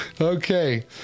okay